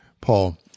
Paul